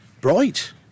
Bright